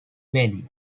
valley